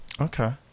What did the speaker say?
Okay